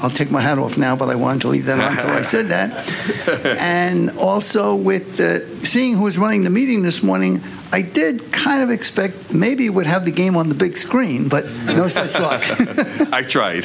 i'll take my hat off now but i want to hear that i said that and also with seeing who is running the meeting this morning i did kind of expect maybe would have the game on the big screen but i